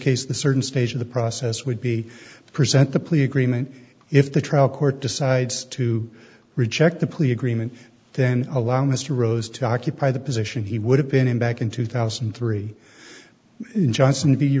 case the certain stage of the process would be to present the plea agreement if the trial court decides to reject the plea agreement then allow mr rose to occupy the position he would have been in back in two thousand and three johnson